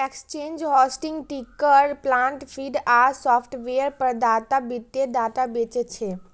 exchange, hosting, ticker plant feed आ software प्रदाता वित्तीय डाटा बेचै छै